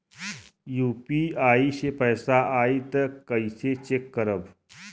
UPI से पैसा आई त कइसे चेक करब?